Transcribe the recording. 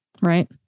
Right